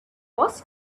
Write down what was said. was